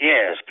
Yes